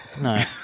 No